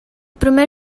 primer